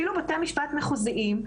אפילו בבתי משפט מחוזיים,